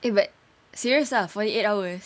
eh but serious ah forty eight hours